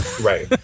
Right